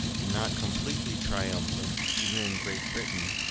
and not completely triumphant even in great britain,